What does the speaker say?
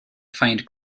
find